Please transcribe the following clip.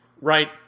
right